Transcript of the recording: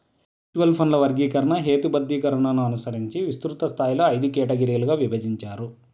mutual ఫండ్ల వర్గీకరణ, హేతుబద్ధీకరణను అనుసరించి విస్తృత స్థాయిలో ఐదు కేటగిరీలుగా విభజించారు